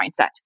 mindset